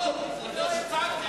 לא שמעתי.